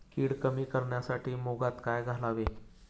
कीड कमी करण्यासाठी मुगात काय घालावे?